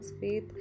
faith